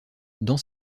dans